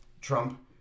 Trump